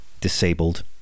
disabled